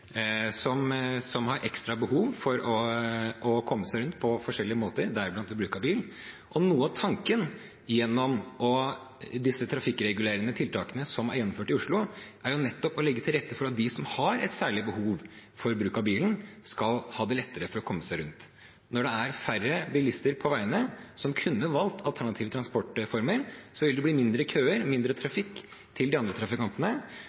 grupper som har ekstra behov for å komme seg rundt på forskjellige måter, deriblant ved bruk av bil, og noe av tanken bak disse trafikkregulerende tiltakene som er gjennomført i Oslo, er nettopp å legge til rette for at de som har et særlig behov for bruk av bilen, skal ha lettere for å komme seg rundt. Når det er færre bilister på veiene som kunne ha valgt alternative transportformer, vil det bli færre køer og mindre trafikk til de andre trafikantene.